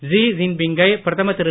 she Jinping கை பிரதமர் திரு